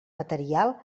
material